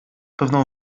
pewną